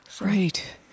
Right